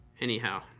anyhow